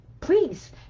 please